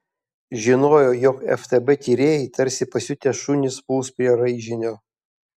žinojo jog ftb tyrėjai tarsi pasiutę šunys puls prie raižinio